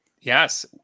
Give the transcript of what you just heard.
Yes